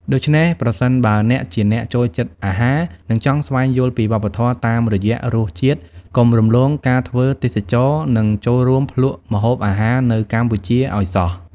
ដូច្នេះ ប្រសិនបើអ្នកជាអ្នកចូលចិត្តអាហារ និងចង់ស្វែងយល់ពីវប្បធម៌តាមរយៈរសជាតិ កុំរំលងការធ្វើទេសចរណ៍នឹងចូលរួមភ្លក្សម្ហូបអាហារនៅកម្ពុជាឲ្យសោះ ។